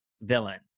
villain